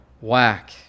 whack